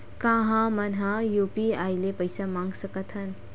का हमन ह यू.पी.आई ले पईसा मंगा सकत हन?